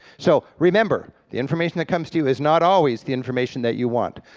so remember, the information that comes to is not always the information that you want.